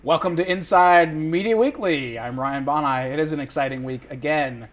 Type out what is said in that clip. welcome to inside media weekly i'm ryan bond i it is an exciting week again